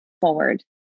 forward